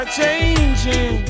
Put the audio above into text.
changing